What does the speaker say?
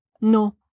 No